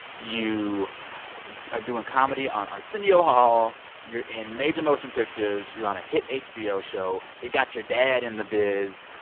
you are doing comedy on arsenio hall. you're in major motion pictures. you're on a hit hbo show. you got your dad in the biz.